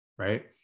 Right